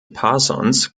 parsons